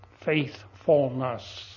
faithfulness